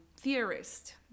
theorist